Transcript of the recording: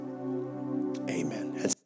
Amen